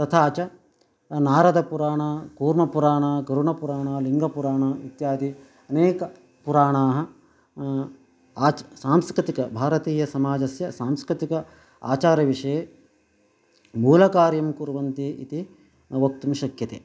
तथा च नारदपुराणं कूर्मपुराणं गरुणपुराणं लिङ्गपुराणम् इत्यादि अनेक पुराणानि आच् सांस्कृतिक भारतीयसमाजस्य सांस्कृतिक आचारविषये मूलकार्यं कुर्वन्ति इति वक्तुं शक्यते